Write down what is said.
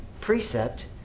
precept